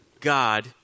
God